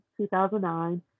2009